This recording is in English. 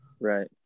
right